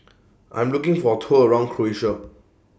I Am looking For A Tour around Croatia